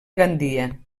gandia